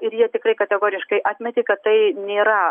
ir jie tikrai kategoriškai atmetė kad tai nėra